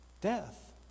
Death